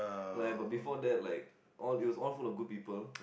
like but before that like all it was all full of good people